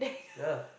ya lah